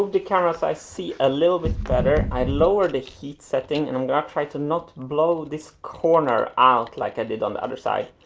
the camera so i see a little bit better, i lowered the heat setting, and i'm gonna try to not blow this corner out, like i did on the other side. i